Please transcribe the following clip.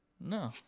No